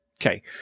Okay